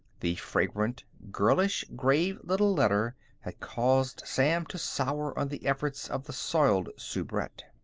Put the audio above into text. the fragrant, girlish, grave little letter had caused sam to sour on the efforts of the soiled soubrette.